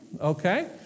Okay